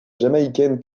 jamaïcaine